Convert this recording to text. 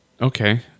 Okay